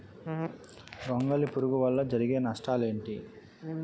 గొంగళి పురుగు వల్ల జరిగే నష్టాలేంటి?